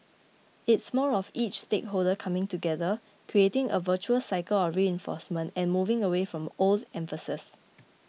it's more of each stakeholder coming together creating a virtuous cycle of reinforcement and moving away from old emphases